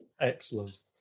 Excellent